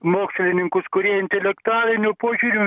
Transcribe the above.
mokslininkus kurie intelektualiniu požiūriu